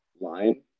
line